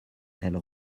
elle